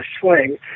swing